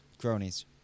cronies